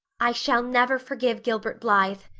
i shall never forgive gilbert blythe,